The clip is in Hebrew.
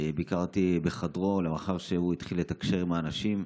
ביקרתי בחדרו מאחר שהוא התחיל לתקשר עם אנשים.